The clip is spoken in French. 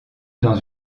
dans